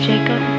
Jacob